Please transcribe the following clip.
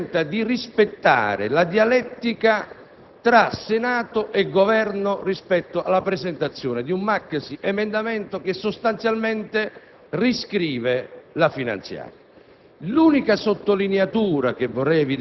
un percorso che consenta di rispettare la dialettica tra Senato e Governo rispetto alla presentazione di un maxiemendamento che, sostanzialmente, riscrive il disegno di